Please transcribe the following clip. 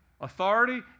authority